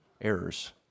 Errors